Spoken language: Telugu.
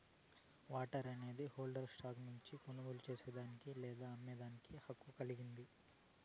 వారంట్ అనేది హోల్డర్ను స్టాక్ ను కొనుగోలు చేసేదానికి లేదా అమ్మేదానికి హక్కు కలిగింది